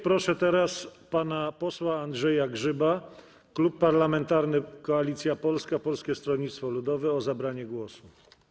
Proszę teraz pana posła Andrzeja Grzyba, Klub Parlamentarny Koalicja Polska - Polskie Stronnictwo Ludowe, o zabranie głosu.